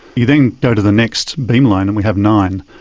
you then go to the next beamline, and we have nine,